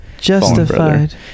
Justified